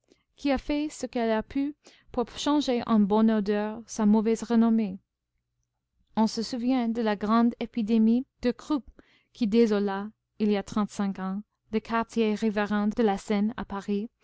qui a fait ce qu'elle a pu pour changer en bonne odeur sa mauvaise renommée on se souvient de la grande épidémie de croup qui désola il y a trente-cinq ans les quartiers riverains de la seine à paris